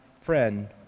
friend